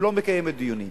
ולא מקיימת דיונים.